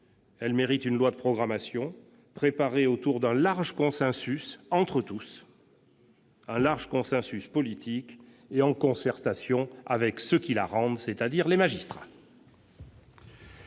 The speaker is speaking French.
Elle mérite une loi de programmation préparée autour d'un large consensus politique, en concertation avec ceux qui la rendent, c'est-à-dire les magistrats.